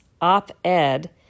op-ed